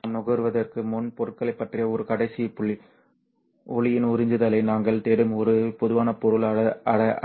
நாம் நகர்வதற்கு முன் பொருட்களைப் பற்றிய ஒரு கடைசி புள்ளி ஒளியின் உறிஞ்சுதலை நாங்கள் தேடும் ஒரு பொதுவான பொருள்